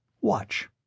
watch